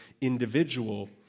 individual